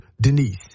Denise